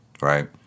right